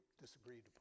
disagreed